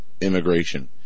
immigration